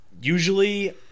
Usually